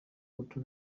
porto